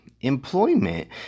employment